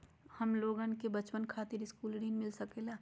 हमलोगन के बचवन खातीर सकलू ऋण मिल सकेला?